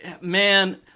man